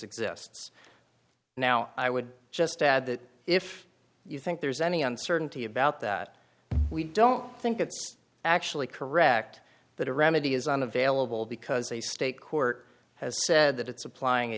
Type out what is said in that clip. exists now i would just add that if you think there's any uncertainty about that we don't think it's actually correct that a remedy is unavailable because a state court has said that it's applying a